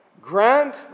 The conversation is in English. grant